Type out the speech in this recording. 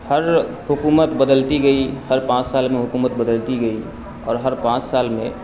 ہر حکومت بدلتی گئی ہر پانچ سال میں حکومت بدلتی گئی اور ہر پانچ سال میں